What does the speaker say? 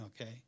Okay